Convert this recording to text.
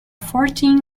fourteen